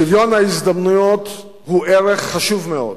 שוויון ההזדמנויות הוא ערך חשוב מאוד,